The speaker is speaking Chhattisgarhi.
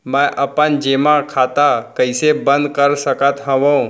मै अपन जेमा खाता कइसे बन्द कर सकत हओं?